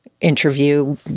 interview